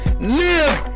Live